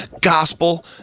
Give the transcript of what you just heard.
gospel